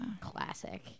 classic